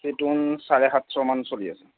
চাৰে সাতশমান চলি আছে